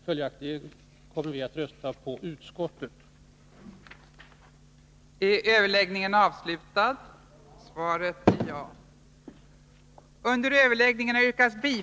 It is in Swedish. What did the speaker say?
Följaktligen yrkar jag bifall till utskottets hemställan.